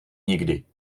nikdy